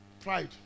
Pride